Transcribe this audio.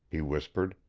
he whispered.